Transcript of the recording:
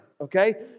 okay